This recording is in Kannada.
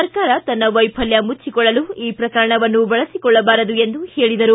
ಸರ್ಕಾರ ತನ್ನ ವೈಫಲ್ಯ ಮುಚ್ಚಿಕೊಳ್ಳಲು ಈ ಪ್ರಕರಣವನ್ನು ಬಳಸಿಕೊಳ್ಳಬಾರದು ಎಂದು ಹೇಳಿದರು